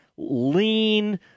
lean